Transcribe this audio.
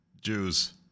Jews